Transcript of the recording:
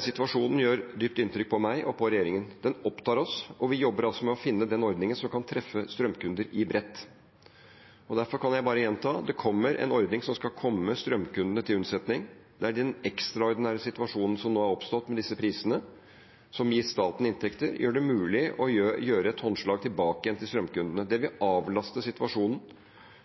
situasjonen gjør dypt inntrykk på meg og på regjeringen. Den opptar oss, og vi jobber altså med å finne den ordningen som kan treffe strømkunder bredt. Derfor kan jeg bare gjenta: Det kommer en ordning som skal komme strømkundene til unnsetning; den ekstraordinære situasjonen som nå har oppstått med disse prisene, som gir staten inntekter, gjør det mulig å gi et håndslag tilbake igjen til strømkundene. Det vil avlaste situasjonen;